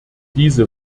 diese